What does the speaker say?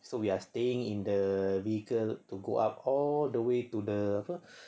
so we are staying in the vehicle to go up all the way to the